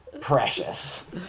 Precious